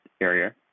area